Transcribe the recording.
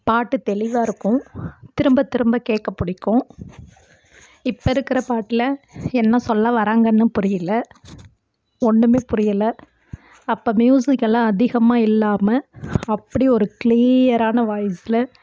பாட்டுத் தெளிவாக இருக்கும் திரும்பத் திரும்ப கேட்க பிடிக்கும் இப்போ இருக்கிற பாட்டில் என்ன சொல்ல வராங்கன்னும் புரியலை ஒன்றுமே புரியலை அப்போ மியூசிக்கெல்லாம் அதிகமாக இல்லாமல் அப்படி ஒரு கிளியரான வாய்ஸில்